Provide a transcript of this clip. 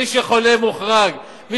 מי שחולה, מוחרג.